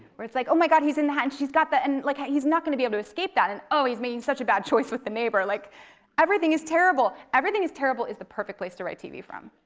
it's like, oh my god, he's in the, and she's got the, and like he's not gonna be able to escape that. and oh, he's making such a bad choice with the neighbor. like everything is terrible. everything is terrible is the perfect place to write tv from.